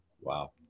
wow